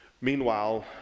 Meanwhile